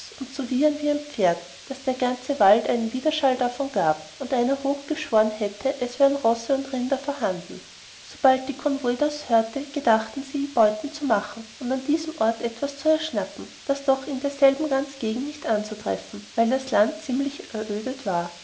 zu wiehern wie ein pferd daß der ganze wald einen widerschall davon gab und einer hoch geschworen hätte es wären rosse und rinder vorhanden sobald die konvoi das hörete gedachten sie beuten zu ma chen und an diesem ort etwas zu erschnappen das doch in derselben ganzen gegend nicht anzutreffen weil das land ziemlich erödet war